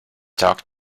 talk